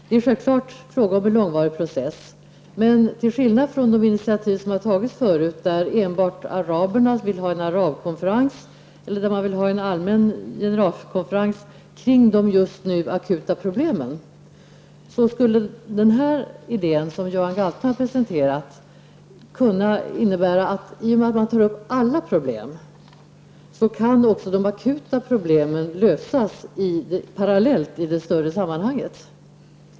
Det är självklart fråga om en långvarig process, men till skillnad från de initiativ som har tagits förut, då enbart araberna velat ha en arabkonferens eller då man velat ha en allmän generalkonferens kring de just nu akuta problemen, skulle den här idén, som Göran Galte har presenterat, i och med att alla problem tas upp kunna innebära att de akuta problemen kunde lösas parallellt i det större sammanhanget.